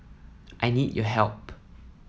I need your help